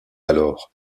alors